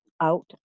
out